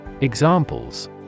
Examples